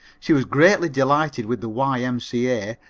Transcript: she was greatly delighted with the y m c a.